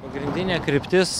pagrindinė kryptis